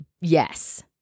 Yes